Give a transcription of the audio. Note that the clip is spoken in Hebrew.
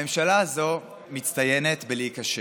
הממשלה הזו מצטיינת בלהיכשל.